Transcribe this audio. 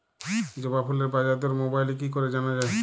জবা ফুলের বাজার দর মোবাইলে কি করে জানা যায়?